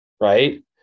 right